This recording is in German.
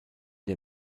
der